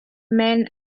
men